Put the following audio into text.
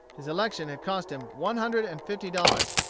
his election had cost him one hundred and fifty dollars,